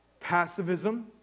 passivism